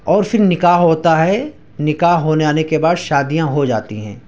اور پھر نکاح ہوتا ہے نکاح ہو جانے کے بعد شادیاں ہو جاتی ہیں